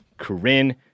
Corinne